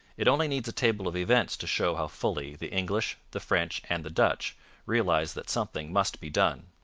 it only needs a table of events to show how fully the english, the french, and the dutch realized that something must be done.